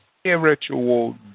spiritual